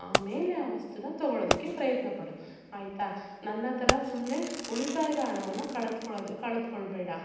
ಆಮೇಲೆ ಆ ವಸ್ತು ತಗೊಳೋದಕ್ಕೆ ಪ್ರಯತ್ನ ಪಡು ಆಯಿತಾ ನನ್ನ ಥರ ಸುಮ್ಮನೆ ಉಳಿತಾಯದ ಹಣವನ್ನ ಕಳೆದ್ಕೊಳ್ಳೋದು ಕಳೆದ್ಕೊಳ್ಬೇಡ